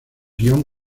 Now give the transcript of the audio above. guion